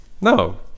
No